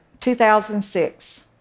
2006